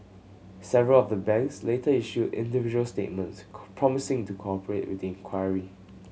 several of the banks later issued individual statements promising to cooperate with the inquiry